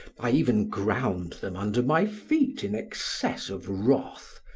i even ground them under my feet in excess of wrath.